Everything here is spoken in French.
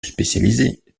spécialisée